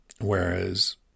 Whereas